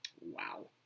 Wow